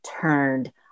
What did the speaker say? turned